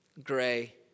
gray